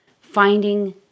finding